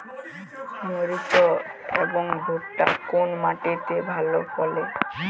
মরিচ এবং ভুট্টা কোন মাটি তে ভালো ফলে?